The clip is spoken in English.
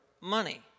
money